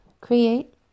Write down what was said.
create